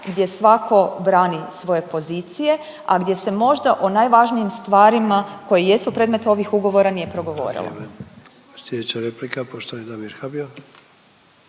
gdje svako brani svoje pozicije, a gdje se možda o najvažnijim stvarima koje jesu predmet ovih ugovora nije progovorilo.